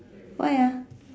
why ah